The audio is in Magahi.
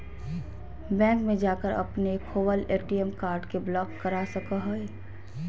बैंक में जाकर अपने खोवल ए.टी.एम कार्ड के ब्लॉक करा सको हइ